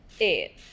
eight